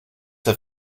have